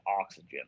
oxygen